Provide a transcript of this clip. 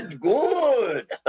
good